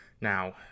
Now